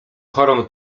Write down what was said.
chorą